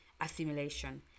assimilation